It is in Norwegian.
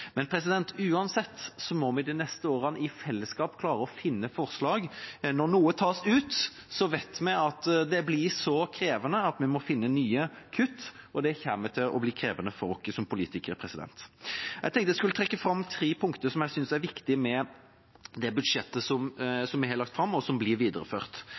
må vi de neste årene i fellesskap klare å finne forslag. Når noe tas ut, vet vi at det blir så krevende at vi må finne nye kutt, og det kommer til å bli krevende for oss som politikere. Jeg tenkte jeg skulle trekke fram tre punkter som jeg synes er viktig med det budsjettet som vi har lagt fram, og som blir videreført.